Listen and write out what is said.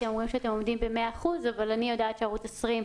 אתם אומרים שאתם עומדים ב-100% אבל אני יודעת שערוץ 20,